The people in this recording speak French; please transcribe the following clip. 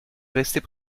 restez